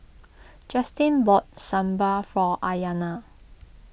Justin bought Sambar for Aiyana